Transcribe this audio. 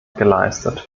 geleistet